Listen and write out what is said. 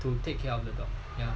to take care of the dog ya